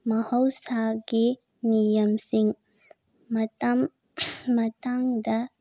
ꯃꯍꯧꯁꯥꯒꯤ ꯅꯤꯌꯝꯁꯤꯡ ꯃꯇꯝ ꯃꯇꯥꯡꯗ